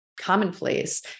commonplace